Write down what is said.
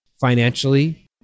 financially